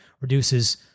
Reduces